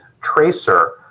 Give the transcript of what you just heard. tracer